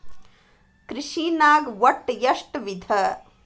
ಕೃಷಿನಾಗ್ ಒಟ್ಟ ಎಷ್ಟ ವಿಧ?